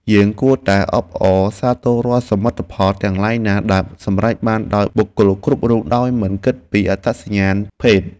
យើងគួរតែអបអរសាទររាល់សមិទ្ធផលទាំងឡាយណាដែលសម្រេចបានដោយបុគ្គលគ្រប់រូបដោយមិនគិតពីអត្តសញ្ញាណភេទ។